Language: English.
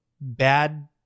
bad